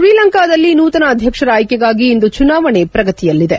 ಶ್ರೀಲಂಕಾದಲ್ಲಿ ನೂತನ ಅಧ್ಯಕ್ಷರ ಆಯ್ಕೆಗಾಗಿ ಇಂದು ಚುನಾವಣೆ ಪ್ರಗತಿಯಲ್ಲಿದೆ